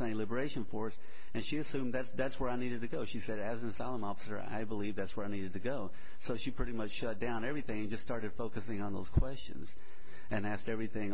a liberation force and she assumed that that's where i needed to go she said as an asylum officer i believe that's where i needed to go so she pretty much shut down everything and just started focusing on those questions and asked everything